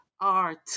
art